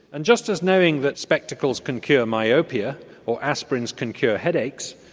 and just as knowing that spectacles can cure myopia or aspirins can cure headaches,